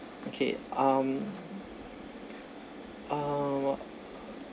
okay um um